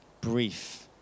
brief